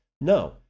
No